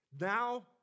Now